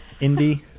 Indie